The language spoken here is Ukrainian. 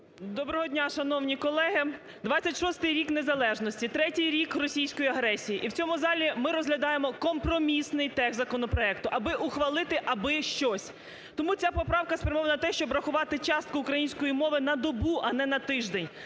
Доброго дня, шановні колеги! Двадцять шостий рік незалежності, третій рік російської агресії. І в цьому залі ми розглядаємо компромісний текст законопроекту, аби ухвалити аби щось. Тому ця поправка спрямована на те, щоб рахувати частку української мови на добу, а не на тиждень,